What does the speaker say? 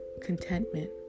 contentment